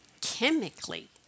chemically